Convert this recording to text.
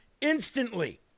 instantly